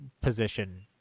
position